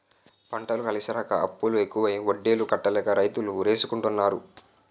పంటలు కలిసిరాక అప్పులు ఎక్కువై వడ్డీలు కట్టలేక రైతులు ఉరేసుకుంటన్నారు